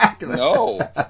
No